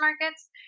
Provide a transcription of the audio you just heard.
markets